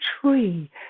tree